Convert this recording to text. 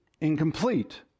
incomplete